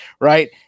Right